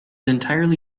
entirely